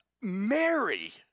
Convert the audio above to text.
Mary